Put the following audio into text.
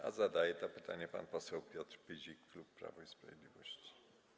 A zadaje to pytanie pan poseł Piotr Pyzik, klub Prawo i Sprawiedliwość.